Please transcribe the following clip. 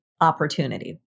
opportunity